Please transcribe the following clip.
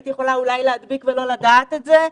הייתי יכולה אולי להדביק ולא לדעת את זה.